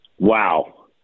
Wow